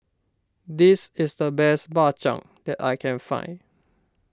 this is the best Bak Chang that I can find